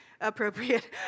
appropriate